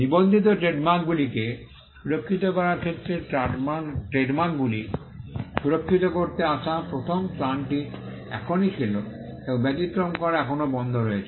নিবন্ধিত ট্রেডমার্কগুলিকে সুরক্ষিত করার ক্ষেত্রে ট্রেডমার্কগুলি সুরক্ষিত করতে আসা প্রথম ত্রাণটি এখনই ছিল এবং অতিক্রম করা এখনও বন্ধ রয়েছে